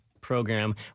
program